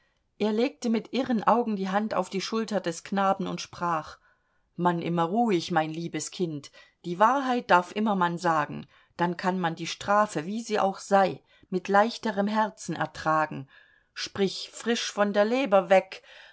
er legte mit irren augen die hand auf die schulter des knaben und sprach man immer ruhig mein liebes kind die wahrheit darf immer man sagen dann kann man die strafe wie sie auch sei mit leichterem herzen ertragen sprich frisch von der leber weg